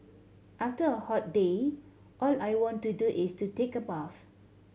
after a hot day all I want to do is to take a bath